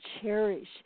cherish